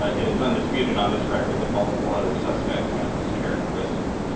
ah it is undisputed on this record that multiple other suspects had those characteristics.